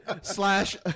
slash